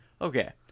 Okay